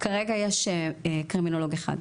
כרגע יש קרימינולוג אחד.